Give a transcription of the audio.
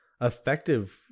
effective